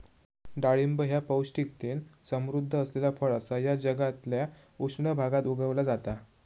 डाळिंब ह्या पौष्टिकतेन समृध्द असलेला फळ असा जा जगातल्या उष्ण भागात उगवला जाता